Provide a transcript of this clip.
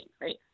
right